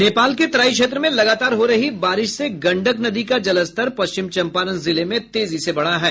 नेपाल के तराई क्षेत्र में लगातार हो रही बारिश से गंडक नदी का जलस्तर पश्चिम चंपारण जिले में तेजी से बढ़ा है